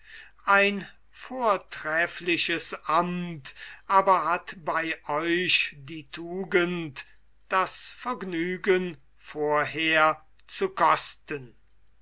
ein vortreffliches amt aber hat bei euch die tugend das vergnügen vorher